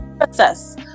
process